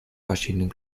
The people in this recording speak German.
verschiedenen